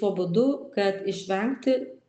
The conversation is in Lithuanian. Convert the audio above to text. tuo būdu kad išvengti